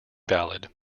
valid